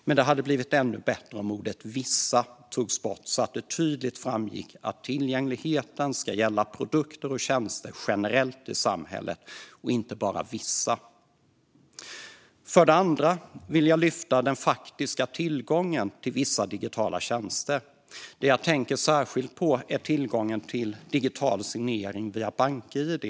Men det hade blivit ännu bättre om ordet "vissa" togs bort så att det tydligt framgick att tillgängligheten ska gälla produkter och tjänster generellt i samhället och inte bara vissa. För det andra vill jag lyfta fram den faktiska tillgången till vissa digitala tjänster. Det jag tänker särskilt på är tillgången till digital signering via bank-id.